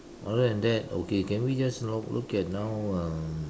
other than that okay can we just you know look at now um